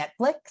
Netflix